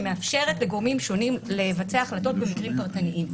שמאפשרת לגורמים שונים לבצע החלטות במקרים פרטניים.